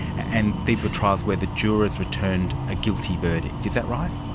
and these were trials where the jurors returned a guilty verdict, is that right?